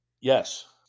Yes